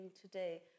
today